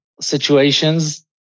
situations